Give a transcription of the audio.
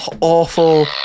awful